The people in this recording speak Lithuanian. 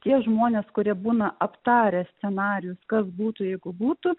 tie žmonės kurie būna aptarę scenarijus kas būtų jeigu būtų